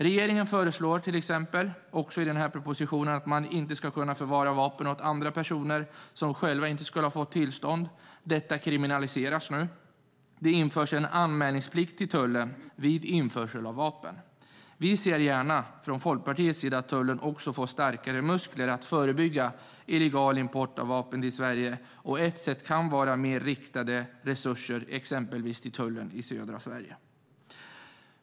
Regeringen föreslår i propositionen till exempel att man inte ska kunna förvara vapen åt andra personer som själva inte skulle ha fått tillstånd. Detta kriminaliseras nu. Det införs en anmälningsplikt till tullen vid införsel av vapen. Folkpartiet ser gärna att tullen också får starkare muskler att förebygga illegal import av vapen till Sverige; ett sätt kan vara mer riktade resurser exempelvis till tullen i södra Sverige.